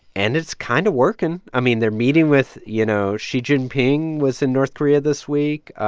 and it's kind of working. i mean, they're meeting with you know, xi jinping was in north korea this week ah